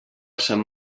sant